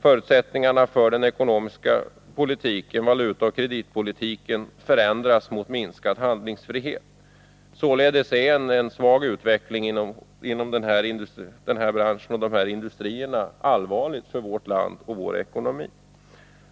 Förutsättningarna för den ekonomiska politiken, valutaoch kreditpolitiken förändras mot minskad handlingsfrihet. Således är en svag utveckling inom den här branschen och de här industrierna allvarlig för vårt land och för vår ekonomi.